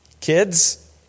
kids